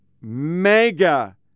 mega